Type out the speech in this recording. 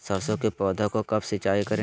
सरसों की पौधा को कब सिंचाई करे?